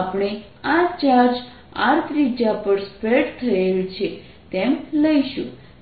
આપણે આ charge R ત્રિજ્યા પર સ્પ્રેડ થયેલ છે તેમ લઈશું